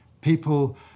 people